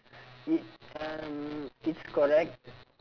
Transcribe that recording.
it um it's correct